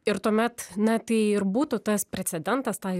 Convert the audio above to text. ir tuomet na tai ir būtų tas precedentas ta